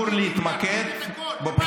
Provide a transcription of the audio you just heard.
למה